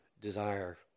desire